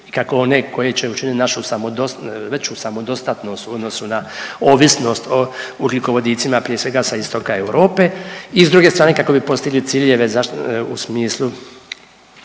kako one koje će učinit našu samodost…, veću samodostatnost u odnosu na ovisnost o ugljikovodicima, prije svega sa istoka Europe i s druge strane kako bi postigli ciljeve u smislu